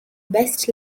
best